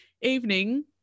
evening